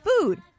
food